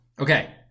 Okay